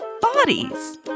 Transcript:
bodies